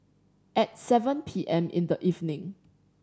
at seven P M in the evening